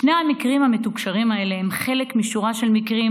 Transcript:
שני המקרים המתוקשרים האלה הם חלק משורה של מקרים,